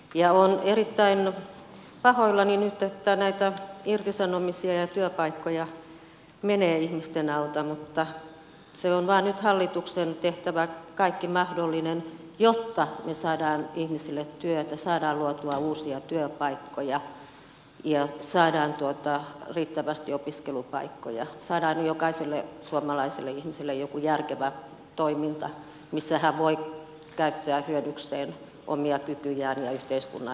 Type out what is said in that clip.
olen erittäin pahoillani nyt että on näitä irtisanomisia ja työpaikkoja menee ihmisten alta mutta se on vain nyt hallituksen tehtävä kaikki mahdollinen jotta me saamme ihmisille työtä saadaan luotua uusia työpaikkoja ja saadaan riittävästi opiskelupaikkoja saadaan jokaiselle suomalaiselle ihmiselle joku järkevä toiminta missä hän voi käyttää hyödykseen omia kykyjään ja yhteiskunnan hyväksi myös